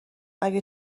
اگه